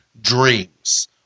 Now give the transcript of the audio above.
dreams